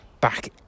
back